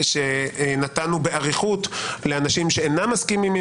שנתנו באריכות לאנשים שאינם מסכימים עם